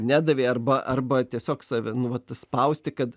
nedavė arba arba tiesiog save nu vat spausti kad